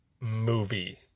movie